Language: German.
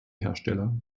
hersteller